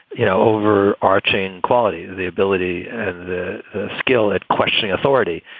you know, over arching qualities, the ability and the skill at questioning authority.